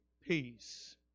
peace